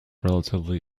relatively